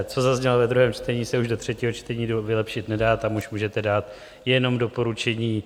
Co zaznělo ve druhém čtení, se už do třetího čtení vylepšit nedá, tam už můžete dát jenom doporučení.